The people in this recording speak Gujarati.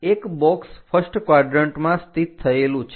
તો એક બોક્સ ફર્સ્ટ ક્વાડરન્ટમાં સ્થિત થયેલું છે